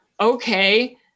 Okay